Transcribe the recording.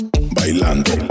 Bailando